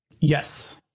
Yes